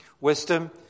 wisdom